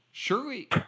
Surely